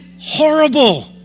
horrible